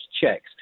checks